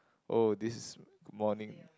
oh this is good morning